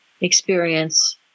experience